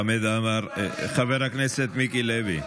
חבר הכנסת מיקי לוי.